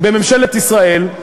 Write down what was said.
בממשלת ישראל,